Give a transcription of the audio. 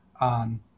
on